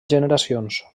generacions